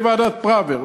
הייתה ועדת פראוור,